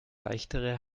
leichtere